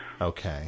Okay